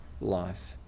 life